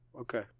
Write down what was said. okay